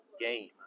game